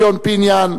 ציון פיניאן,